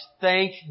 Thank